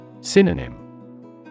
Synonym